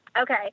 Okay